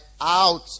out